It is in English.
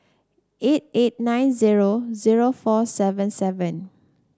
eight eight nine zero zero four seven seven